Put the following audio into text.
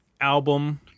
album